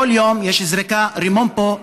כל יום יש זריקה של רימון פה,